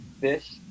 fish